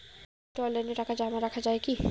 একাউন্টে অনলাইনে টাকা জমা রাখা য়ায় কি?